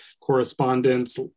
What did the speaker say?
correspondence